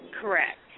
Correct